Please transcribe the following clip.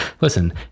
Listen